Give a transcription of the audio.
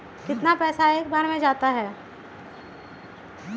कितना पैसा एक बार में जाता है?